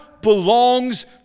belongs